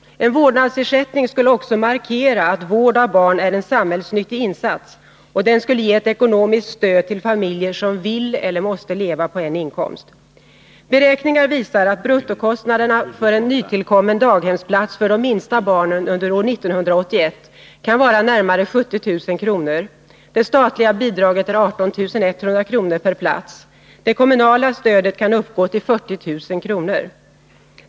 En vårdnadsersättning skulle också markera att vård av barn är en samhällsnyttig insats, och den skulle ge ett ekonomiskt stöd till familjer som vill eller måste leva på en inkomst. Beräkningar visar att bruttokostnaderna för en nytillkommen daghemsplats för de minsta barnen under år 1981 kan vara närmare 70 000 kr. Det statliga bidraget är 18 100 kr. per plats. Det kommunala stödet kan uppgå till 40 000 kr.